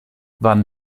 van